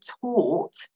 taught